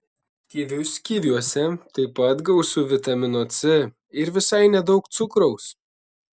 kivius kiviuose taip pat gausu vitamino c ir visai nedaug cukraus